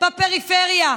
בפריפריה.